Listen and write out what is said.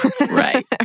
Right